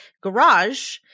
garage